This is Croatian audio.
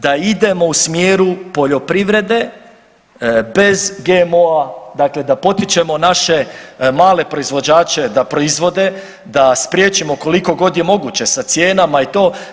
Da idemo u smjeru poljoprivrede bez GMO-a, dakle da potičemo naše male proizvođače da proizvode, da spriječimo koliko god je moguće sa cijenama i to.